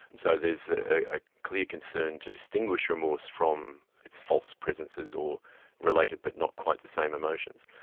so there is a clear concern to distinguish remorse from its false presences or related but not quite the same emotions.